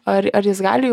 ar ar jis gali